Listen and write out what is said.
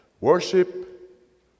Worship